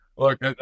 Look